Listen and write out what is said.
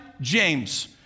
James